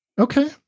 Okay